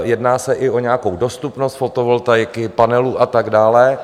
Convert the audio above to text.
Jedná se i o nějakou dostupnost fotovoltaiky, panelů a tak dále.